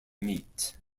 meet